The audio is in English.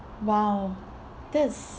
!wow! that's